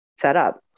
setup